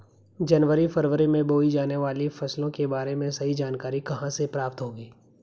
जनवरी फरवरी में बोई जाने वाली फसलों के बारे में सही जानकारी कहाँ से प्राप्त होगी?